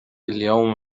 اليوم